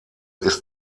ist